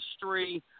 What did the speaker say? history